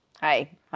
Hi